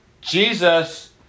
Jesus